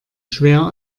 schwer